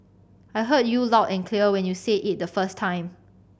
I heard you loud and clear when you said it the first time